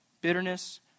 Bitterness